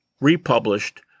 republished